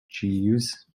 jeeves